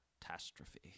catastrophe